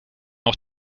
auch